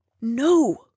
No